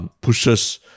pushes